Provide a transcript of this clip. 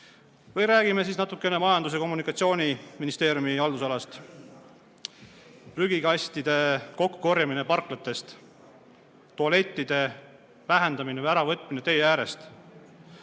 Või räägime natukene Majandus- ja Kommunikatsiooniministeeriumi haldusalast. Prügikastide kokkukorjamine parklatest, tualettide vähendamine või äravõtmine tee äärest.